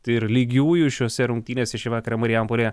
tai ir lygiųjų šiose rungtynėse šį vakarą marijampolėje